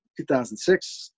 2006